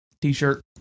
T-shirt